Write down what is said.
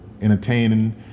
entertaining